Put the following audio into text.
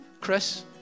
Chris